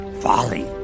folly